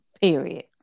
Period